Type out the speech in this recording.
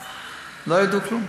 לא ידעו כלום.